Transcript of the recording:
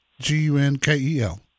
G-U-N-K-E-L